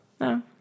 No